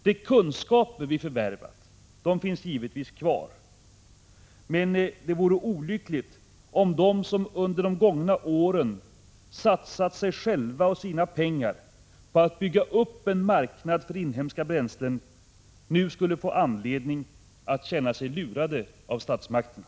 De kunskaper vi förvärvat finns givetvis kvar, men det vore olyckligt om de som under de gångna åren satsat sig själva och sina pengar på att bygga upp en marknad för inhemska bränslen — Prot. 1985/86:124 nu skulle få anledning att känna sig lurade av statsmakterna.